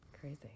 Crazy